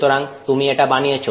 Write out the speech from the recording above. সুতরাং তুমি এটা বানিয়েছ